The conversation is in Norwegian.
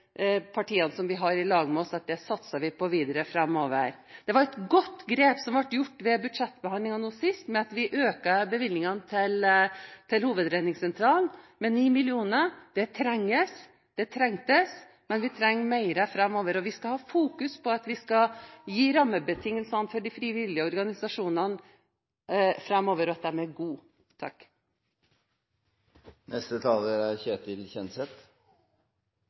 partiene som er i lag med oss, at det satser vi på videre framover. Det var et godt grep som ble gjort ved budsjettbehandlingen nå sist, ved at vi økte bevilgningen til Hovedredningssentralen med 9 mill. kr. Det trengtes, men vi trenger mer framover. Vi skal fokusere på å gi de frivillige organisasjonene gode rammebetingelsene framover. Jeg vil takke interpellant Trine Skei Grande for et viktig spørsmål til statsministeren, og til statsministeren for gode svar – dette er